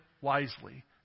wisely